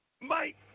Mike